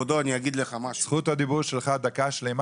זכות הדיבור שלך דקה שלמה,